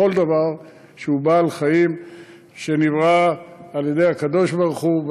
בכל דבר שהוא בעל-חיים שנברא על-ידי הקדוש-ברוך-הוא,